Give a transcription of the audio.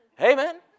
Amen